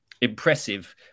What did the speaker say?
impressive